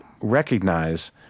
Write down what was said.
recognize